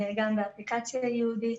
גם באפליקציה הייעודית.